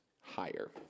higher